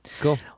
Cool